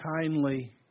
kindly